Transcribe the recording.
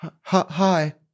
Hi